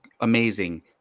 Amazing